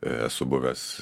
esu buvęs